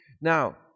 Now